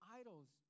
idols